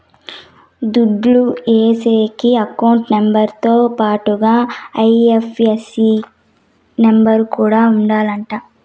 దుడ్లు ఏసేకి account number తో పాటుగా ఐ.ఎఫ్.ఎస్.సి నెంబర్ కూడా ఉండాలంట